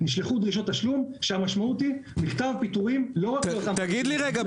נשלחו דרישות תשלום שהמשמעות היא מכתב פיטורים לא רק תגיד לי רגע,